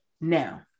now